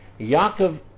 Yaakov